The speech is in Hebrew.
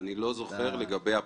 אני לא זוכר לגבי הפרוטוקולים.